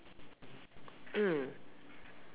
mm